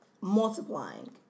multiplying